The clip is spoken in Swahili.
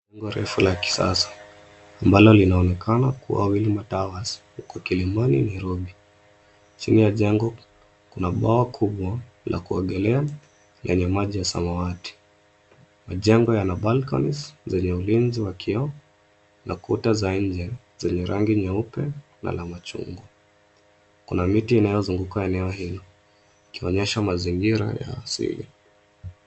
Jengo refu la kisasa ambalo linaonekana kuwa Wilma Towers, iko Kilimani , Nairobi. Chini ya jengo kuna bwawa kubwa la kuogelea lenye maji ya samawati. Majengo yana balconies zenye ulinzi wa kioo na kuta za nje zenye rangi nyeupe na la machungwa. Kuna miti inayozunguka eneo hilo ikionyesha mazingira ya asili.